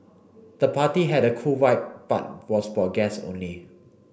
the party had a cool vibe but was for guests only